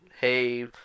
hey